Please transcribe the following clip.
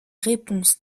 réponse